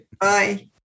Bye